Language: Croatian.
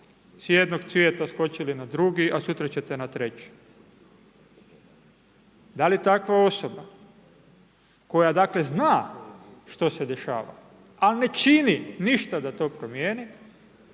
s jednog cvijeta skočili na drugi a sutra ćete na treći. Da li takva osoba koja dakle zna što se dešava a ne čini ništa da to promijeni,